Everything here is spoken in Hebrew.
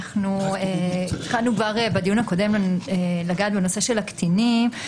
התחלנו בדיון הקודם לגעת בנושא של הקטינים,